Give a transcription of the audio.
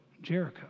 Jericho